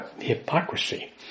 hypocrisy